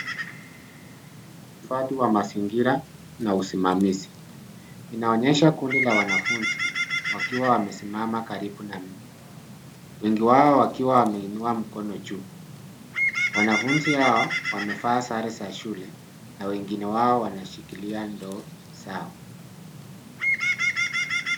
Hili ni uhifadhi wa mazingira na usimamizi. Inaonyesha kundi la wanafunzi wakiwa wamesimama karibu na mti. Wengi wao wakiwa wameinua mkono juu. Wanafunzi hao wamevaa sare za shule na wengine wao wanashikilia ndoo zao.